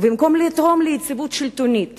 ובמקום לתרום ליציבות שלטונית